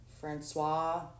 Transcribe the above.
Francois